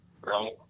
Right